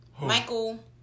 Michael